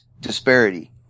disparity